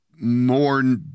more